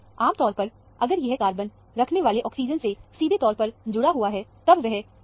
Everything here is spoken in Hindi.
आमतौर पर अगर यह कार्बन रखने वाले ऑक्सीजन से सीधे तौर पर जुड़ा हुआ है तब वह 41 ppm के आसपास आएगा